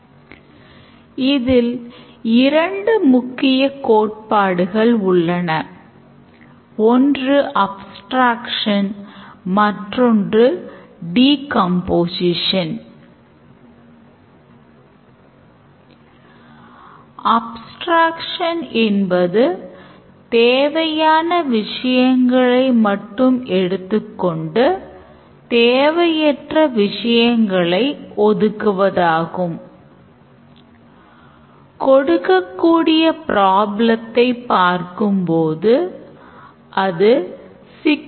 ஆனால் use caseகளின் விவரங்கள் கொடுக்கப்படவில்லை மேலும் ஒரு use case modelல் graphical use case model மட்டும் கொடுக்கப்படாமல் உரை விளக்கமும் கொடுப்பதன் காரணம் இதுவேயாகும்